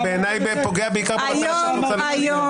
בעיניי זה פוגע בעיקר- -- היום אני,